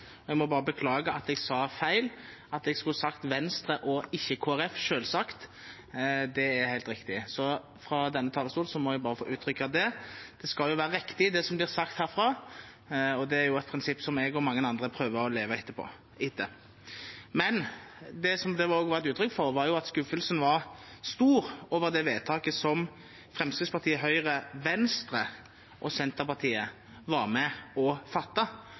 Jeg må bare beklage at jeg sa feil, at jeg selvfølgelig skulle sagt Venstre og ikke Kristelig Folkeparti. Det er helt riktig. Så fra denne talerstol må jeg bare få uttrykke det. Det skal jo være riktig det som blir sagt herfra, og det er et prinsipp som jeg og mange andre prøver å leve etter. Men det som det også var et uttrykk for, var at skuffelsen var stor over det vedtaket som Fremskrittspartiet, Høyre, Venstre og Senterpartiet var med